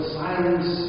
silence